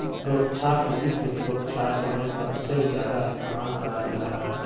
सुरक्षाक वित्त सुरक्षार तने सबसे ज्यादा इस्तेमाल कराल जाहा